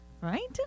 right